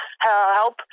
help